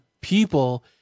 people